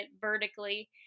vertically